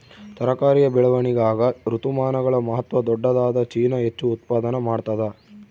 ತರಕಾರಿಯ ಬೆಳವಣಿಗಾಗ ಋತುಮಾನಗಳ ಮಹತ್ವ ದೊಡ್ಡದಾದ ಚೀನಾ ಹೆಚ್ಚು ಉತ್ಪಾದನಾ ಮಾಡ್ತದ